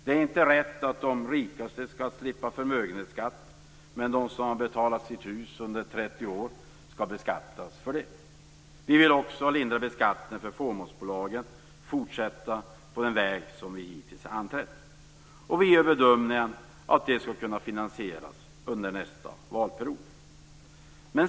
Det är inte rätt att de rikaste skall slippa förmögenhetsskatt, medan de som har betalat av sitt hus under 30 år skall beskattas för detta. Vi vill också lindra beskattningen för fåmansföretagen och fortsätta på den väg som vi hittills anträtt. Vi gör bedömningen att detta kan finansieras under nästa valperiod.